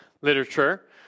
literature